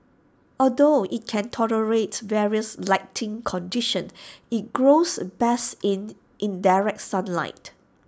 although IT can tolerate various lighting conditions IT grows best in indirect sunlight